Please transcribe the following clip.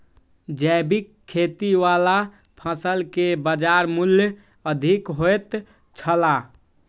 जैविक खेती वाला फसल के बाजार मूल्य अधिक होयत छला